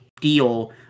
deal